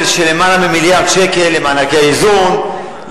של למעלה ממיליארד שקל למענקי האיזון,